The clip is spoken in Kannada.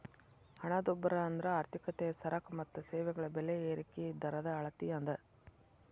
ಹಣದುಬ್ಬರ ಅಂದ್ರ ಆರ್ಥಿಕತೆಯ ಸರಕ ಮತ್ತ ಸೇವೆಗಳ ಬೆಲೆ ಏರಿಕಿ ದರದ ಅಳತಿ ಅದ